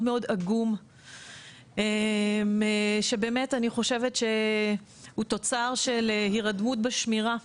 מאוד עגום שאני חושבת שהוא תוצר של הירדמות בשמירה.